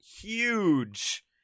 huge